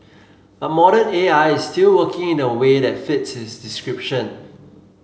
but modern A I is still working in a way that fits his description